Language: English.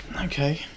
Okay